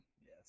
yes